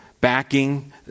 backing